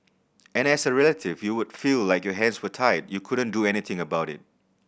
and as a relative you would feel like your hands were tied you couldn't do anything about it